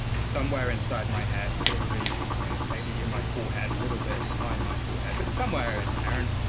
somewhere inside my head, probably yeah maybe in my forehead, a little bit behind my forehead, but somewhere in there. and